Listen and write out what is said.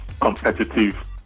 competitive